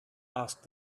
asked